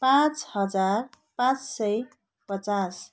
पाँच हजार पाँच सय पचास